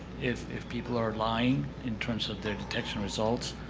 if if people are lying in terms of their detection results.